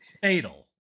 fatal